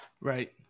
Right